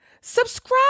Subscribe